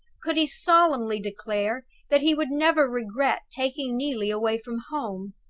could he solemnly declare that he would never regret taking neelie away from home?